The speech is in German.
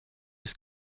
ist